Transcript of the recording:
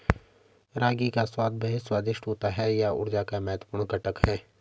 रागी का स्वाद बेहद स्वादिष्ट होता है यह ऊर्जा का महत्वपूर्ण घटक है